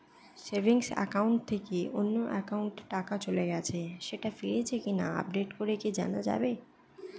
Savings account থেকে অন্য একাউন্টে টাকা চলে গেছে সেটা ফিরেছে কিনা আপডেট করে কি জানা যাবে?